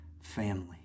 family